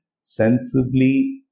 sensibly